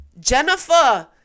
Jennifer